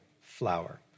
flower